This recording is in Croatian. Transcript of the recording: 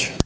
gospodarstva.